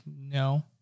no